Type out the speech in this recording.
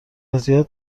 زیاد